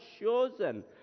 chosen